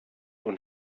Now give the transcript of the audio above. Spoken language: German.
und